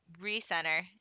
recenter